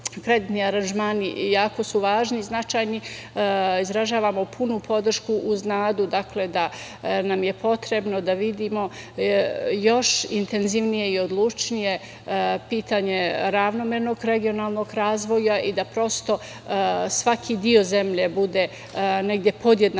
kreditni aranžmani jako su važni i značajni, izražavamo punu podršku, uz nadu da nam je potrebno da vidimo još intenzivnije i odlučnije pitanje ravnomernog regionalnog razvoja i da prosto svaki deo zemlje bude negde podjednako